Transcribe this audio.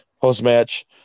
Post-match